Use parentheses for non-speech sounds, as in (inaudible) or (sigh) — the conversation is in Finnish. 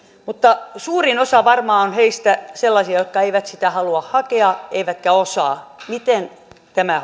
mutta suurin osa varmaan on heistä sellaisia jotka eivät sitä halua eivätkä osaa hakea miten tämä (unintelligible)